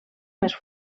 més